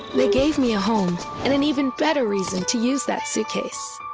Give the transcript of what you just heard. they gave me a home and an even better reason to use that suitcase.